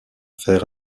faire